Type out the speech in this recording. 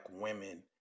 women